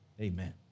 Amen